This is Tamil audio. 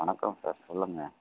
வணக்கம் சார் சொல்லுங்கள்